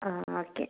ആ ഓക്കേ